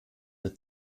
der